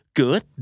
good